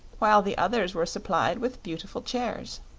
while the others were supplied with beautiful chairs.